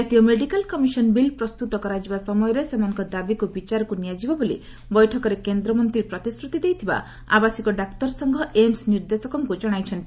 ଜାତୀୟ medical commission bill ପ୍ରସ୍ତୁତ କରାଯିବା ସମୟରେ ସେମାନଙ୍କ ଦାବିକୁ ବିଚାରକୁ ନିଆଯିବ ବୋଲି ବୈଠକରେ କେନ୍ଦ୍ରମନ୍ତ୍ରୀ ପ୍ରତିଶ୍ରତି ଦେଇଥିବା ଆବାସିକ ଡାକ୍ତର ସଂଘ ଏମ୍ସ ନିର୍ଦ୍ଦେଶକଙ୍କୁ ଜଣାଇଛି